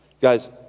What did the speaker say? Guys